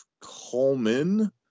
Coleman